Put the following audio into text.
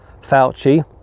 Fauci